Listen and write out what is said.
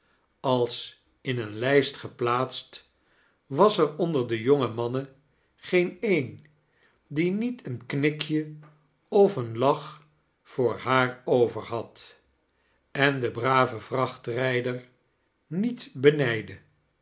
als in een lijst geplaatst was er onder de jonge mannen geen een die niet eem knikje of een lach voor haar over had en den braven vrachtrijder nietbenijdde